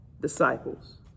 disciples